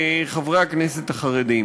חברי הכנסת החרדים.